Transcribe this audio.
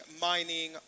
mining